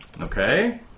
Okay